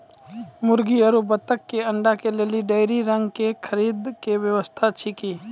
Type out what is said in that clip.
मुर्गी आरु बत्तक के अंडा के लेली डेयरी रंग के खरीद के व्यवस्था छै कि?